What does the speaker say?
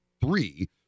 three